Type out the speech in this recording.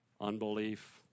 unbelief